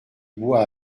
boit